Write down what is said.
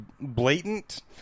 blatant